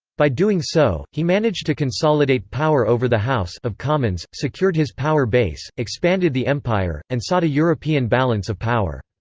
by doing so, he managed to consolidate power over the house of commons, secured his power base, expanded the empire, and sought a european balance of power.